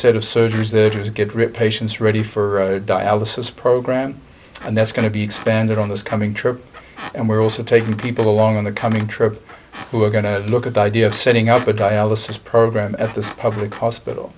set of surgeries to get ripped patients ready for dialysis program and that's going to be expanded on this coming trip and we're also taking people along in the coming trip we're going to look at the idea of setting up a dialysis program at the public hospital